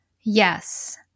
Yes